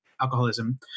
alcoholism